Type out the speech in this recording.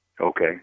Okay